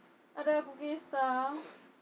ada aku kisah